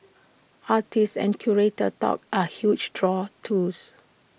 artist and curator talks are huge draws too